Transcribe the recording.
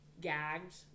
gagged